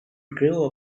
grew